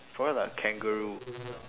probably like a kangaroo